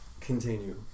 continue